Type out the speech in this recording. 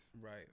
right